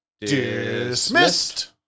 Dismissed